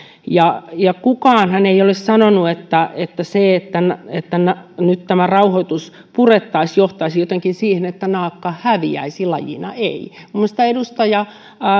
ja ja kukaanhan ei ole sanonut että että se että nyt tämä rauhoitus purettaisiin johtaisi jotenkin siihen että naakka häviäisi lajina ei minusta edustaja